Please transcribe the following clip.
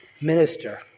minister